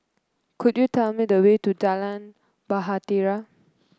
could you tell me the way to Jalan Bahtera